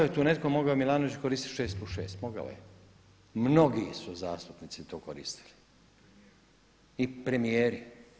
Kazao je tu netko, mogao je Milanović koristiti 6+6. Mogao je, mnogi su zastupnici to koristili i premijeri.